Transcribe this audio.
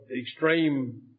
extreme